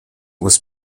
was